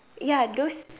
ya those